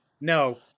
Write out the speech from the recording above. No